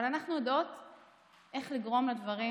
אבל אנחנו יודעות איך לגרום לדברים,